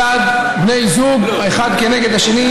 בהלכה מצד בני זוג האחד כנגד האחר,